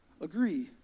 agree